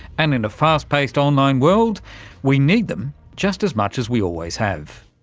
and in a fast-paced online world we need them just as much as we always have.